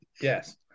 Yes